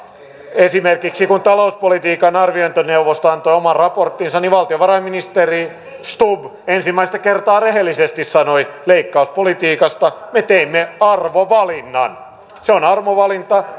esimerkiksi kun talouspolitiikan arviointineuvosto antoi oman raporttinsa niin valtiovarainministeri stubb ensimmäistä kertaa rehellisesti sanoi leikkauspolitiikasta me teimme arvovalinnan se on arvovalinta